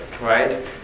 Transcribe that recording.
right